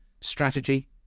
strategy